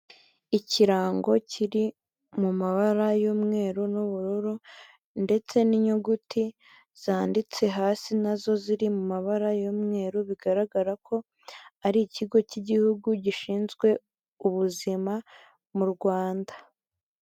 Ikirango kiri mu mabara y'umweru n'ubururu ndetse n'inyuguti zanditse hasi nazo ziri mu mabara y'umweru, bigaragara ko ari ikigo cy'igihugu gishinzwe ubuzima mu Rwanda.